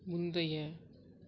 முந்தைய